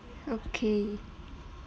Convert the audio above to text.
okay